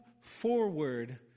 forward